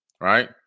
right